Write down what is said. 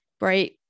right